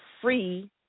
free